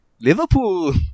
Liverpool